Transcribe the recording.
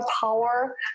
power